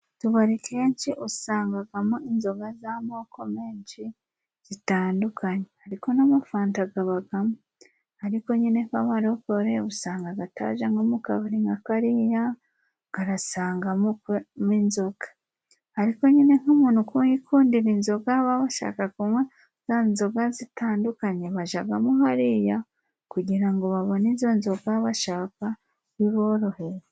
Utubari keshi usangagamo inzoga z'amoko menshi zitandukanye ariko n'amafanta gabagamo; ariko nyine nk' abarokore usangaga ataja nko mu kabari nka kariya ngo arasangamo inzoga, ariko nyine nk'umuntu wikundira inzoga baba bashaka kunywa za nzoga zitandukanye bajagamo hariya kugira ngo babone izo nzoga bashaka biboroheye.